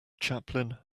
chaplain